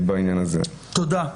תודה.